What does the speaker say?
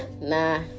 nah